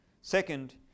Second